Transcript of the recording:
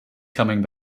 coming